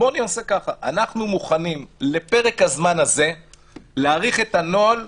מה עם הבקשה שלנו,